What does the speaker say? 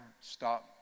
stop